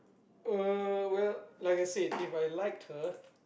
uh well like I said If I liked her